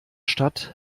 stadt